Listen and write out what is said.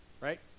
Right